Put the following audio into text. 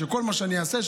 שכל מה שאני אעשה,